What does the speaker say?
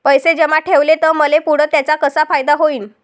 पैसे जमा ठेवले त मले पुढं त्याचा कसा फायदा होईन?